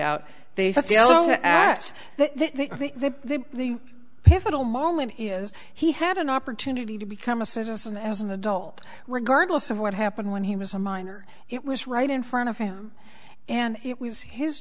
out they felt that they think that the pivotal moment is he had an opportunity to become a citizen as an adult regardless of what happened when he was a minor it was right in front of him and it was his